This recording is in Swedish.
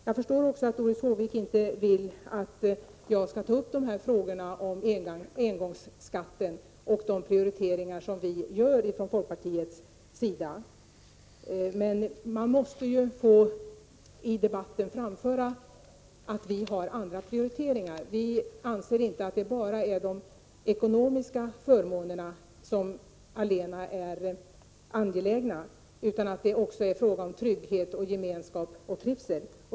Jag förstår också att Doris Håvik inte vill att jag skall ta upp frågorna om engångsskatten och de prioriteringar vi från folkpartiet gör. Men jag måste få framföra i debatten att vi vill göra andra prioriteringar än regeringen. Vi anser att det inte är enbart de ekonomiska förmånerna som är angelägna utan att det också är fråga om trygghet, gemenskap och trivsel.